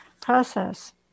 process